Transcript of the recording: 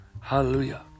Hallelujah